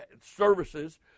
services